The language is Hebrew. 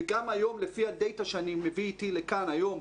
וגם היום לפי הדאטה שאני מביא איתי לכאן היום,